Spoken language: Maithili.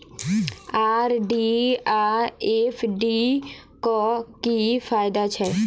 आर.डी आ एफ.डी क की फायदा छै?